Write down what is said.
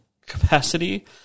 capacity